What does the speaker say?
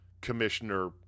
Commissioner